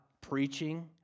preaching